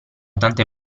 tante